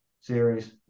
series